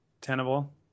tenable